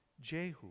Jehu